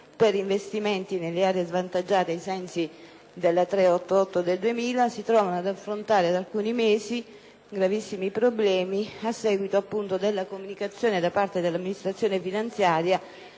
per investimenti nelle aree svantaggiate ai sensi della legge n. 388 del 2000 si trovano ad affrontare da alcuni mesi gravissimi problemi a seguito appunto della comunicazione da parte dell'amministrazione finanziaria